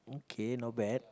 okay not bad